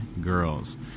girls